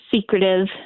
secretive